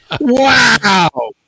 Wow